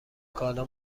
کالا